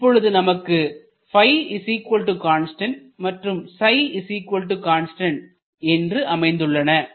இப்பொழுது நமக்கு மற்றும் என்று அமைந்துள்ளன